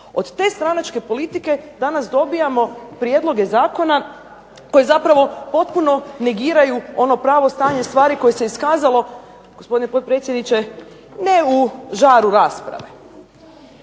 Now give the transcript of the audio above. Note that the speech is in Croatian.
Od te stranačke politike danas dobivamo prijedloge zakona koji zapravo potpuno negiraju ono pravo stanje stvari koje se iskazalo, gospodine potpredsjedniče, ne u žaru rasprave.